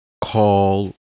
Call